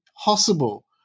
possible